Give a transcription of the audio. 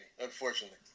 unfortunately